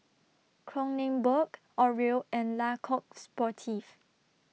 Kronenbourg Oreo and Le Coq Sportif